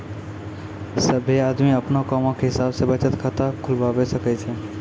सभ्भे आदमी अपनो कामो के हिसाब से बचत खाता खुलबाबै सकै छै